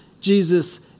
Jesus